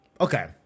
okay